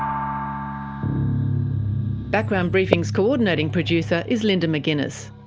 um background briefing's coordinating producer is linda mcginness,